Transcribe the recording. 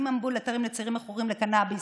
מענים אמבולטוריים לצעירים מכורים לקנביס,